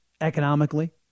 economically